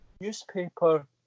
newspaper